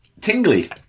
tingly